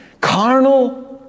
carnal